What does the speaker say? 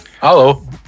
Hello